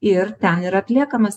ir ten ir atliekamas